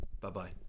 Bye-bye